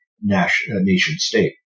nation-state